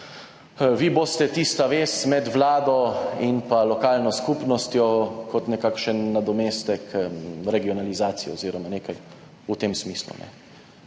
da boste vi tista vez med Vlado in lokalno skupnostjo, kot nekakšen nadomestek regionalizacije oziroma nekaj v tem smislu.